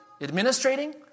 administrating